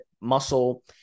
muscle